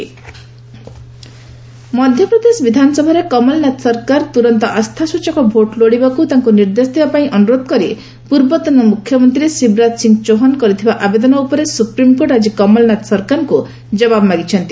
SC MP Chouhan Madhya Pradesh ବିଧାନସଭାରେ କମଲନାଥ ସରକାର ତୁରନ୍ତ ଆସ୍ଥାସୂଚକ ଭୋଟ୍ ଲୋଡିବାକୁ ତାଙ୍କୁ ନିର୍ଦ୍ଦେଶ ଦେବା ପାଇଁ ଅନୁରୋଧ କରି ପୂର୍ବତନ ମୁଖ୍ୟମନ୍ତ୍ରୀ ଶିବରାଜ ସିଂହ ଚୌହାନ କରିଥିବା ଆବେଦନ ଉପରେ ସୁପ୍ରିମକୋର୍ଟ ଆଜି କମଲନାଥ ସରକାରଙ୍କୁ ଜବାବ ମାଗିଛନ୍ତି